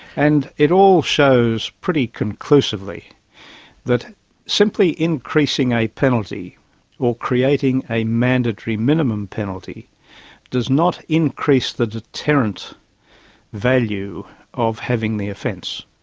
and it all shows pretty conclusively that simply increasing a penalty or creating a mandatory minimum penalty does not increase the deterrent value of having the offence.